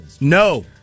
No